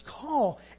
call